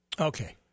Okay